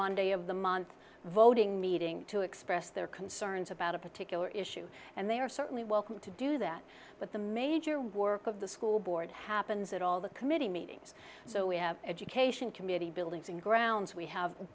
monday of the month voting meeting to express their concerns about a particular issue and they are certainly welcome to do that but the major work of the school board happens at all the committee meetings so we have education committee buildings and grounds we have